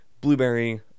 Blueberry